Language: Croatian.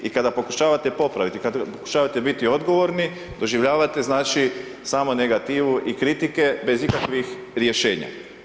I kada pokušavate popraviti, kada pokušavate biti odgovorni, doživljavate znači, samo negativu i kritike bez ikakvih rješenja.